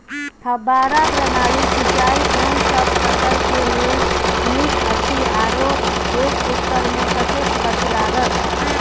फब्बारा प्रणाली सिंचाई कोनसब फसल के लेल नीक अछि आरो एक एकर मे कतेक खर्च लागत?